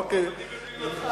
גם אני מבין אותך.